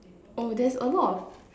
oh there's a lot of